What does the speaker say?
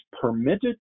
permitted